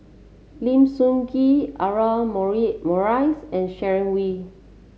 Lim Sun Gee Audra Morrice and Sharon Wee